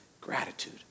gratitude